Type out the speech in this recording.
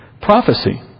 prophecy